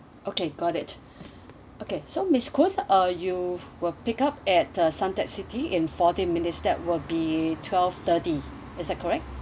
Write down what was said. okay got it okay so miss koon uh you will pick up at the suntec city in forty minutes that will be twelve thirty is that correct